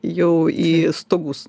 jau į stogus